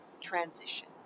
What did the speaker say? transition